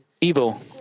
evil